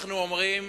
כשאנחנו אומרים